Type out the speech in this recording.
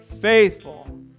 faithful